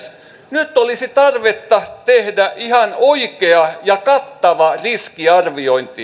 nyt olisi tarvetta tehdä ihan oikea ja kattava riskiarviointi